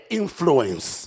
influence